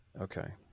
Okay